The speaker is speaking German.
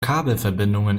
kabelverbindungen